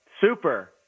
Super